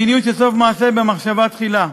מדיניות של "סוף מעשה במחשבה תחילה".